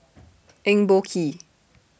Eng Boh Kee